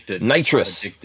nitrous